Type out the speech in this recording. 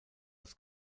als